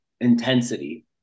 intensity